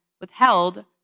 withheld